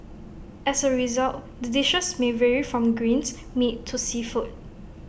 as A result the dishes may vary from greens meat to seafood